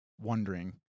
wondering